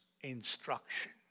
instruction